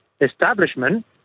establishment